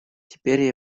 теперь